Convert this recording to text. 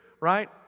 right